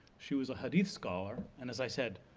she was a hadith scholar, and as i said,